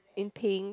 in pink